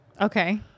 Okay